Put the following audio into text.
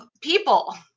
people